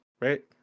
right